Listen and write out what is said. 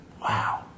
wow